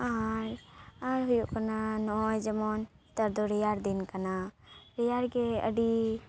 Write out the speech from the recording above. ᱟᱨ ᱟᱨ ᱦᱩᱭᱩᱜ ᱠᱟᱱᱟ ᱱᱚᱜᱼᱚᱭ ᱡᱮᱢᱚᱱ ᱱᱮᱛᱟᱨ ᱫᱚ ᱨᱮᱭᱟᱲ ᱫᱤᱱ ᱠᱟᱱᱟ ᱨᱮᱭᱟᱲ ᱜᱮ ᱟᱹᱰᱤ